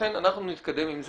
לכן, אנחנו נתקדם עם זה.